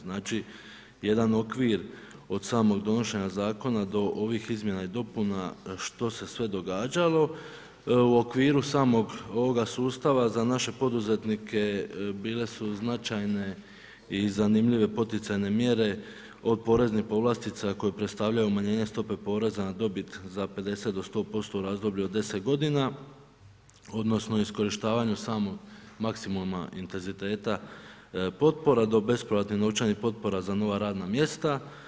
Znači jedan okvir od samog donošenja zakona do ovih izmjena i dopuna što se sve događalo u okviru samog ovoga sustava za naše poduzetnike bile su značajne i zanimljive poticajne mjere od poreznih povlastica koje predstavljaju umanjenje stope poreza na dobit za 50 do 100% u razdoblju od 10 godina odnosno iskorištavanju samog maksimuma intenziteta potpora, do besplatnih novčanih potpora za nova radna mjesta.